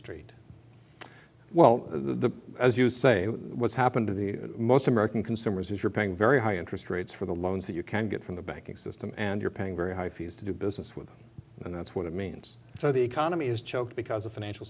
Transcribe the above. street well the as you say what's happened to the most american consumers is you're paying very high interest rates for the loans that you can get from the banking system and you're paying very high fees to do business with them and that's what it means so the economy is choked because of financial